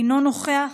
אינו נוכח,